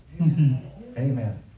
Amen